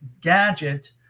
gadget